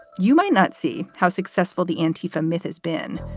you might not see how successful the antifa myth has been,